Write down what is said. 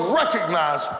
recognize